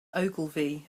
ogilvy